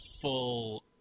full